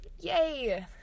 yay